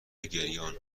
گریانخوبه